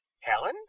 Helen